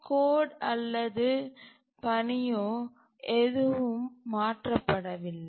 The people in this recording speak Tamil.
கோடோ அல்லது பணியோ எதுவும் மாற்றப்படவில்லை